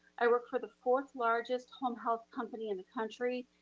i work for the fourth largest home health company in the country.